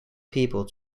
people